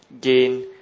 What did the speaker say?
gain